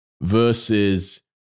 versus